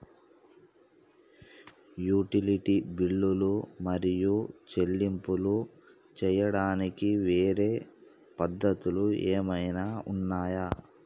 Utility బిల్లులు మరియు చెల్లింపులు చేయడానికి వేరే పద్ధతులు ఏమైనా ఉన్నాయా?